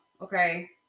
okay